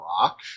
rock